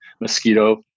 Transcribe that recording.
mosquito